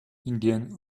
indian